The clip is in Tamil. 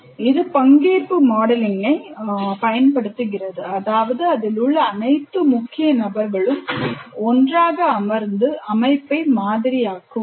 இது பங்கேற்பு மாடலிங்ஐ பயன்படுத்துகிறது அதாவது அதில் உள்ள அனைத்து முக்கிய நபர்களும் ஒன்றாக அமர்ந்து அமைப்பை மாதிரியாக்குவார்கள்